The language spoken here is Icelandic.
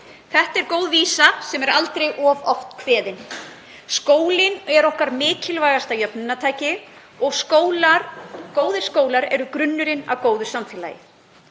Þetta er góð vísa sem er aldrei of oft kveðin. Skólinn er okkar mikilvægasta jöfnunartæki og góðir skólar eru grunnurinn að góðu samfélagi.